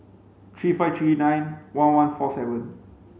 three five three nine one one four seven